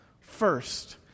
first